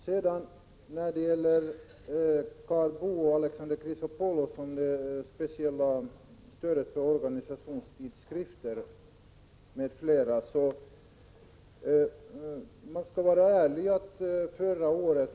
När det sedan gäller det som Karl Boo och Alexander Chrisopoulos säger om det speciella stödet till organisationstidskrifter anser jag att man skall vara ärlig i debatten.